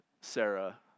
Sarah